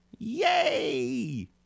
Yay